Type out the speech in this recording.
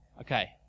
Okay